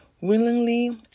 willingly